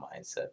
mindset